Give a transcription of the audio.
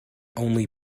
only